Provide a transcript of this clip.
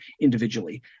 individually